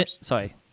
sorry